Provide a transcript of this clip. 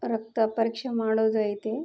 ರಕ್ತ ಪರೀಕ್ಷೆ ಮಾಡೋದು ಐತೆ